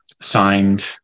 signed